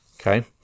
Okay